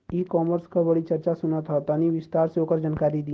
ई कॉमर्स क बड़ी चर्चा सुनात ह तनि विस्तार से ओकर जानकारी दी?